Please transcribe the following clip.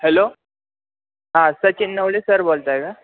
hello हां Sachin Navale sir बोलत आहे का